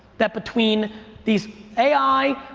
that between these ai,